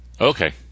Okay